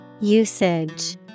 Usage